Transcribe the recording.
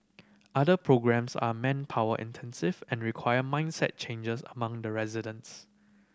other programmes are manpower intensive and require mindset changes among the residents